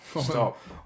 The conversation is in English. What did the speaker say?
Stop